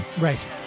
right